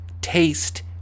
taste